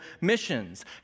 missions